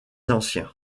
ancien